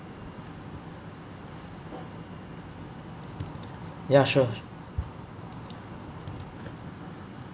ya sure